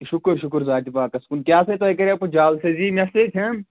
شُکُر شُکُر ذاتِ پاکَس کُن کیٛاہ سا ہے تۄہہِ کَرے وُ پَتہٕ جال سٲزی مےٚ سۭتۍ ہا